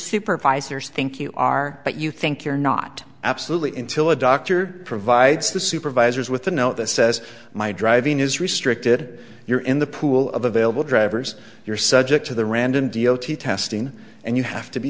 supervisors think you are but you think you're not absolutely intil a doctor provides the supervisors with a note that says my driving is restricted you're in the pool of available drivers you're subject to the random d o t testing and you have to be